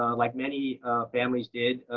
ah like many families did,